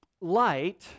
Light